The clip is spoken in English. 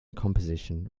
composition